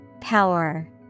Power